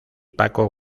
paco